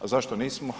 A zašto nismo?